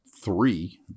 three